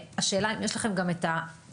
השאלה אם יש לכם גם את המיפוי